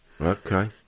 Okay